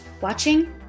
watching